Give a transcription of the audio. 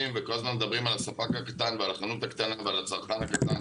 וכל הזמן מדברים על הספק הקטן ועל החנות הקטנה ועל הצרכן הקטן,